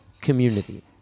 community